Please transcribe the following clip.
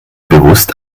bewusst